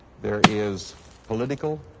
there is political,